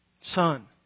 son